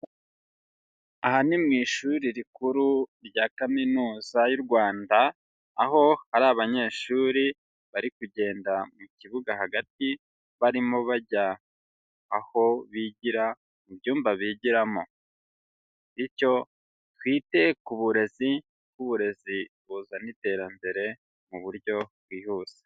Aha ni mu ishuri rikuru rya kaminuza y'u Rwanda aho hari abanyeshuri bari kugenda mu kibuga hagati, barimo bajya aho bigira mu byumba bigiramo bityo twite ku burezi kuko uburezi buzana iterambere mu buryo bwihuse.